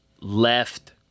left